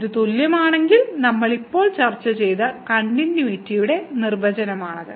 ഇത് തുല്യമാണെങ്കിൽ നമ്മൾ ഇപ്പോൾ ചർച്ച ചെയ്ത കണ്ടിന്യൂയിറ്റിയുടെ നിർവചനമാണിത്